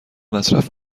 مصرف